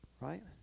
right